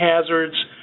hazards